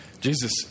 Jesus